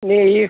இன்னும் இல்லை